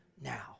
now